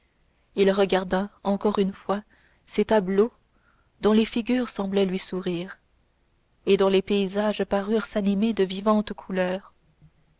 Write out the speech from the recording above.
il regarda encore une fois ces tableaux dont les figures semblaient lui sourire et dont les paysages parurent s'animer de vivantes couleurs